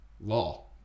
law